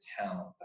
talent